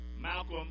Malcolm